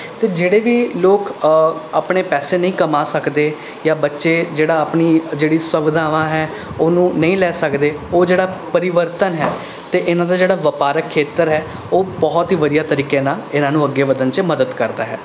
ਅਤੇ ਜਿਹੜੇ ਵੀ ਲੋਕ ਆਪਣੇ ਪੈਸੇ ਨਹੀਂ ਕਮਾ ਸਕਦੇ ਜਾਂ ਬੱਚੇ ਜਿਹੜਾ ਆਪਣੀ ਜਿਹੜੀ ਸੁਵਿਧਾਵਾਂ ਹੈ ਉਹਨੂੰ ਨਹੀਂ ਲੈ ਸਕਦੇ ਉਹ ਜਿਹੜਾ ਪਰਿਵਰਤਨ ਹੈ ਅਤੇ ਇਹਨਾਂ ਦਾ ਜਿਹੜਾ ਵਪਾਰਕ ਖੇਤਰ ਹੈ ਉਹ ਬਹੁਤ ਹੀ ਵਧੀਆ ਤਰੀਕੇ ਨਾਲ ਇਹਨਾਂ ਨੂੰ ਅੱਗੇ ਵਧਣ 'ਚ ਮਦਦ ਕਰਦਾ ਹੈ